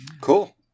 cool